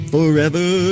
Forever